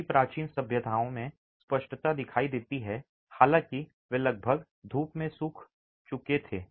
कई प्राचीन सभ्यताओं में स्पष्टता दिखाई देती है हालाँकि वे लगभग धूप में सूख चुके थे